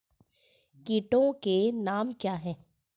कीटों के नाम क्या हैं?